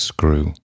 Screw